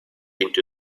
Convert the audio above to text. into